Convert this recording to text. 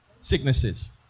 sicknesses